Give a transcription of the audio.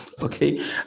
Okay